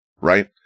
Right